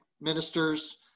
ministers